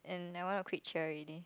and I wanna quit cheer already